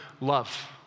love